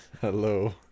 Hello